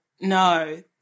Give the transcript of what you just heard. no